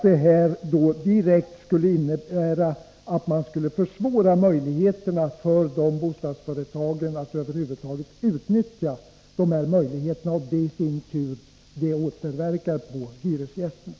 Det här skulle direkt innebära att man försvårade möjligheterna för dessa bostadsföretag att över huvud taget utnyttja dessa möjligheter. Detta i sin tur återverkar på hyresgästerna.